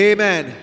Amen